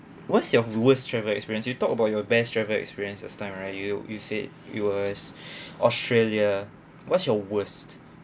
what's your worst travel experience you talk about your best travel experience last time right you you said it was australia what's your worst